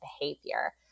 behavior